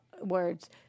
Words